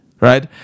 right